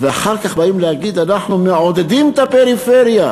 ואחר כך באים להגיד: אנחנו מעודדים את הפריפריה,